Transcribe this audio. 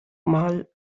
mal